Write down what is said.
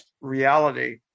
reality